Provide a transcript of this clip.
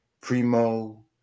Primo